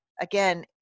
again